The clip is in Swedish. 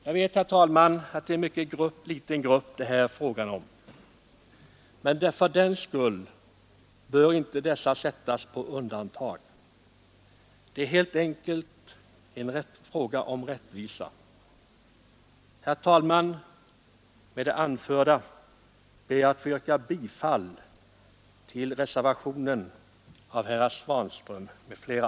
Jag vet att det här gäller en mycket liten grupp, men fördenskull bör inte de människorna sättas på undantag. Här är det helt enkelt en fråga om rättvisa. Herr talman! Med det anförda ber jag att få yrka bifall till reservationen av herr Svanström m.fl.